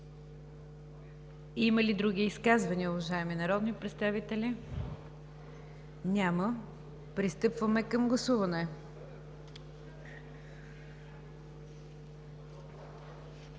Има ли други изказвания, уважаеми народни представители? Няма. Пристъпваме към гласуване.